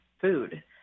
food